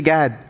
God